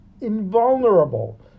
invulnerable